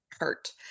hurt